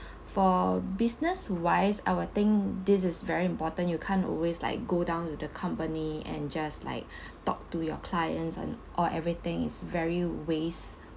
for business wise I would think this is very important you can't always like go down with the company and just like talk to your clients on or everything is very waste